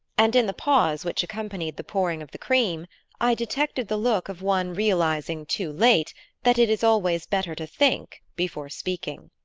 and in the pause which accompanied the pouring of the cream i detected the look of one realizing too late that it is always better to think before speaking.